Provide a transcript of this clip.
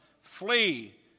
flee